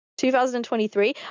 2023